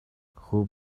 خوب